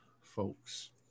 folks